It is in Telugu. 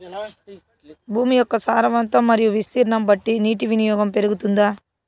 భూమి యొక్క సారవంతం మరియు విస్తీర్ణం బట్టి నీటి వినియోగం పెరుగుతుందా?